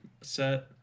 set